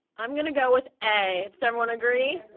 i'm gonna go with a does everyone agree?